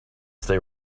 stay